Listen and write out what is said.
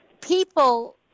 People